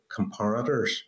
comparators